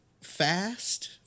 fast